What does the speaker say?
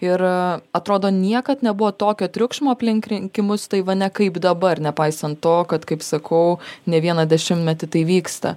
ir atrodo niekad nebuvo tokio triukšmo aplink rinkimus taivane kaip dabar nepaisant to kad kaip sakau ne vieną dešimtmetį tai vyksta